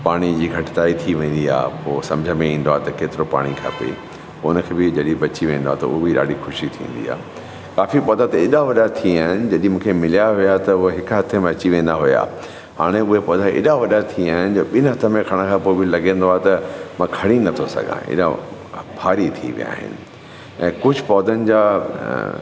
पाणी जी घटिताई थी वेंदी आहे पोइ समुझ में ईंदो आहे त केतिरो पाणी खपे पोइ उनखे बि जॾहिं बची वेंदो आहे त ऊअं बि ॾाढी ख़ुशी थींदी आहे बाक़ी पौधा त एॾा वॾा थी विया आहिनि जॾहिं मूंखे मिलिया हुया त उहे हिक हथ में अची वेंदा हुया हाणे उहे पौधा एॾा वॾा थी विया आहिनि जो ॿिनि हथ में खणण खां पोइ बि लॻंदो आहे त मां खणी नथो सघां एॾा भारी थी विया आहिनि ऐं कुझु पौधनि जा